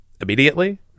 immediately